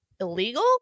illegal